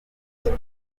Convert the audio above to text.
kwezi